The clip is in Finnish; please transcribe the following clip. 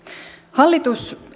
hallitus